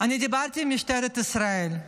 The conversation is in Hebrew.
אני דיברתי עם משטרת ישראל.